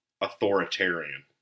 authoritarian